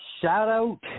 Shout-out